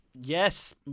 Yes